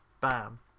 bam